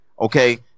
okay